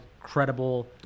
credible